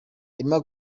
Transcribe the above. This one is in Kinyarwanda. emma